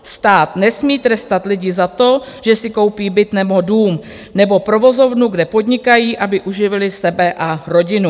Stát nesmí trestat lidi za to, že si koupí byt nebo dům nebo provozovnu, kde podnikají, aby uživili sebe a rodinu.